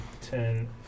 ten